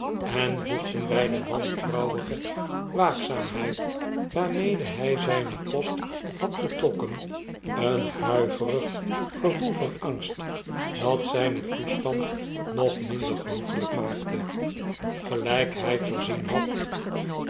en voegden bj de wantrouwige waakzaamheid waarmede hij zijnen post had betrokken een huiveriggevoel van angst dat zpen toestand nog minder genoegelgk maakte greljjk hfl voorzien had